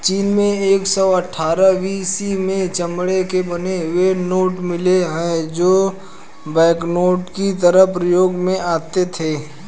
चीन में एक सौ अठ्ठारह बी.सी में चमड़े के बने हुए नोट मिले है जो की बैंकनोट की तरह प्रयोग में आते थे